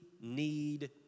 need